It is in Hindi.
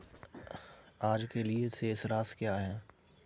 आज के लिए शेष राशि क्या है?